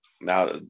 Now